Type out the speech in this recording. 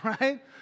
right